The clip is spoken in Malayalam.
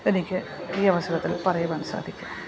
എനിക്ക് ഈ അവസരത്തിൽ പറയുവാൻ സാധിക്കും